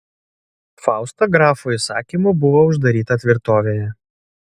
fausta grafo įsakymu buvo uždaryta tvirtovėje